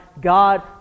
God